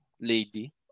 lady